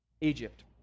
Egypt